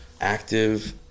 active